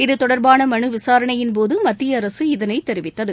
இது தொடர்பான மனு விசாரணையின்போது மத்திய அரசு இதனைத் தெரிவித்தது